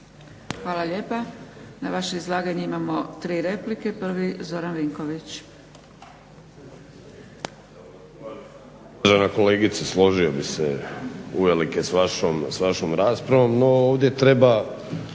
Hvala lijepa. Na vaše izlaganje imamo tri replike. Prvi Zoran Vinković.